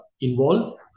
involve